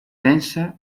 densa